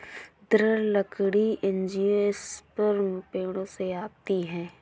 दृढ़ लकड़ी एंजियोस्पर्म पेड़ों से आती है